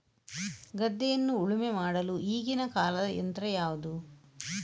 ಗದ್ದೆಯನ್ನು ಉಳುಮೆ ಮಾಡಲು ಈಗಿನ ಕಾಲದ ಯಂತ್ರ ಯಾವುದು?